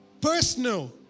personal